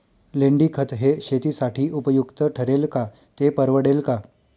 लेंडीखत हे शेतीसाठी उपयुक्त ठरेल का, ते परवडेल का?